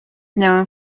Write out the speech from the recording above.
known